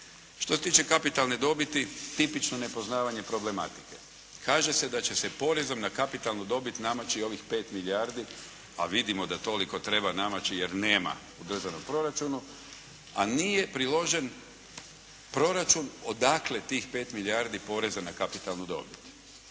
Što se tiče kapitalne dobiti tipično nepoznavanje problematike. Kaže se da će se porezom na kapitalnu dobit namaći ovih 5 milijardi, a vidimo da toliko treba namaći jer nema u državnom proračunu, a nije priložen proračun odakle tih 5 milijardi poreza na kapitalnu dobit.